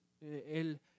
El